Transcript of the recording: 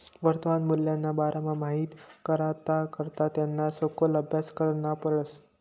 वर्तमान मूल्यना बारामा माहित कराना करता त्याना सखोल आभ्यास करना पडस